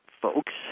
folks